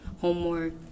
homework